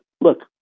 look